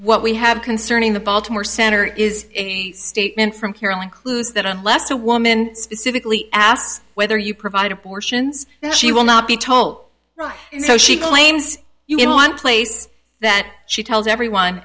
what we have concerning the baltimore center is statement from carol includes that unless a woman specifically asked whether you provide abortions that she will not be told and so she claims you know one place that she tells everyone